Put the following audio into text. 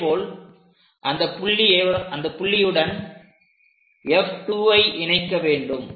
அதேபோல் அந்த புள்ளியுடன் F2ஐ இணைக்கவும்